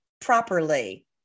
properly